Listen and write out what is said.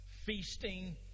feasting